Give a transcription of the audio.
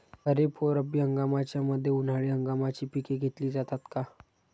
खरीप व रब्बी हंगामाच्या मध्ये उन्हाळी हंगामाची पिके घेतली जातात का?